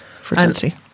fertility